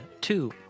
two